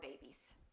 babies